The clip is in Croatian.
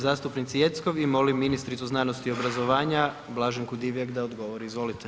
zastupnici Jeckov i molim ministricu znanosti i obrazovanja Blaženku Divjak da odgovori, izvolite.